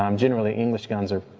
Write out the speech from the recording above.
um generally english guns are,